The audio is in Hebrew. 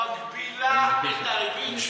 היא לא מגבילה את הריבית.